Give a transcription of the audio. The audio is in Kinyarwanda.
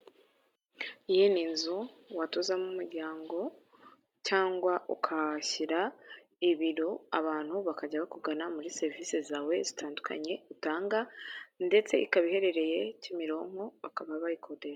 Iyi ni inzu watuzamo umuryango cyangwa ukahashyira ibiro abantu bakajya bakugana muri serivisi zawe zitandukanye utanga ndetse ikaba iherereye Kimironko bakaba bayikodesha.